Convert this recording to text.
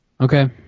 okay